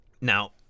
Now